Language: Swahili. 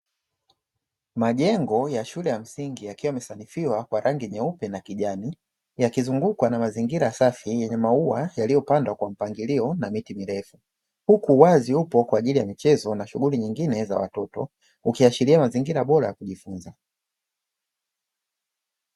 Majengo ya shule ya msingi yakiwa yamesanifiwa kwa rangi nyeupe na kijani, yakizungukwa na mazingira safi yenye maua yaliyopangwa kwa mpangilio na miti mirefu, huku uwazi upo kwa ajili ya michezo na shughuli zingine za watoto, ukiashiria mazingira bora ya kujifunza.